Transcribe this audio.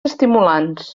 estimulants